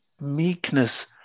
meekness